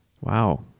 Wow